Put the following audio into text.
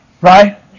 Right